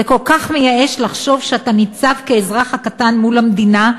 זה כל כך מייאש לחשוב שאתה ניצב כאזרח הקטן מול המדינה,